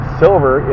silver